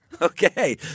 okay